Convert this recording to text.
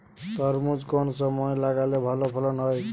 তরমুজ কোন সময় লাগালে ভালো ফলন হয়?